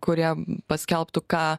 kurie paskelbtų ką